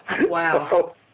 Wow